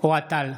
אוהד טל,